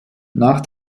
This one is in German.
nach